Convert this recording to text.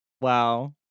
Wow